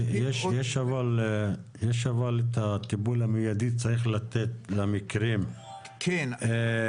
יש אבל את הטיפול המיידי שצריך לתת למקרים קריטיים,